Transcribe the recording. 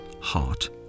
heart